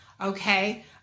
okay